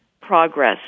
progress